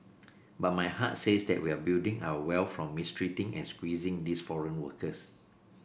but my heart says that we're building our wealth from mistreating and squeezing these foreign workers